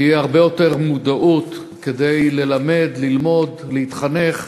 תהיה הרבה יותר מודעות, כדי ללמד, ללמוד, להתחנך